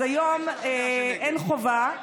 אז היום אין חובה.